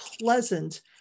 pleasant